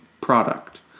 product